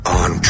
on